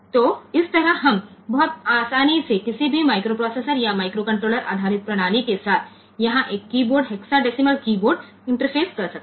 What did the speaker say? તેથી આ રીતે આપણે કોઈપણ માઇક્રોપ્રોસેસર અથવા માઇક્રોકન્ટ્રોલર આધારિત સિસ્ટમ સાથે અહીં હેક્સાડેસિમલ કીબોર્ડ ને ખૂબ જ સરળતાથી ઇન્ટરફેસ કરી શકીએ છીએ